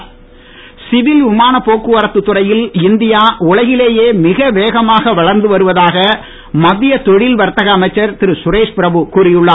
Suresh Prabhu civil விமான போக்குவரத்து துறையில் இந்தியா உலகிலேயே மிக வேகமாக வளர்ந்து வருவதாக மத்திய தொழில் மற்றும் வர்த்தக அமைச்சர் திரு சுரேஷ்பிரபு கூறி உள்ளார்